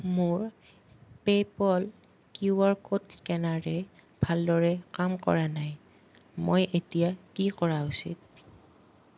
মোৰ PayPal Q R code স্কেনাৰে ভালদৰে কাম কৰা নাই মই এতিয়া কি কৰা উচিত